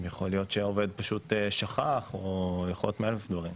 יכול להיות שהעובד פשוט שכח או יכול להיות מאלף דברים.